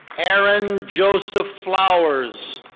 aaron joseph flowers.